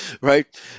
Right